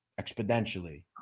exponentially